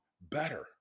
better